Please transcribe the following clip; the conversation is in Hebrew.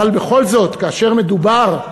אבל בכל זאת, כאשר מדובר,